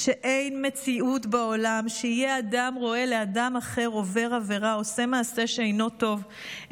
"שאין במציאות שיהיה אדם רואה לאחד עובר עבירה" עושה מעשה שאינו טוב,